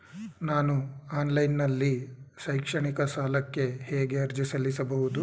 ನಾನು ಆನ್ಲೈನ್ ನಲ್ಲಿ ಶೈಕ್ಷಣಿಕ ಸಾಲಕ್ಕೆ ಹೇಗೆ ಅರ್ಜಿ ಸಲ್ಲಿಸಬಹುದು?